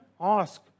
ask